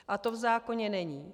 A to v zákoně není.